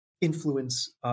influence